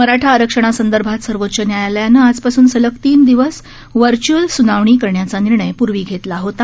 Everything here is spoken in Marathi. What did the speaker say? मराठा आरक्षणासंदर्भात सर्वोच्च न्यायालयाने आजपासुन सलग तीन दिवस व्हर्च्युअल सुनावणी करण्याचा निर्णय पूर्वी घेतला होता